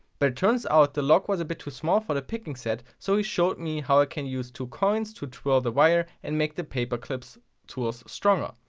but it turns out the lock was a bit too small for the picking set, so he showed me how, i can use two coins to twirl the wire and make the paperclip so tools stronger.